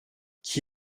qui